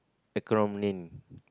acronym